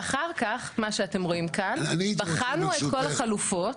שאחר כך מה שאתם רואים כאן בחנו את כל החלופות.